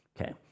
okay